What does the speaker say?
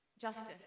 justice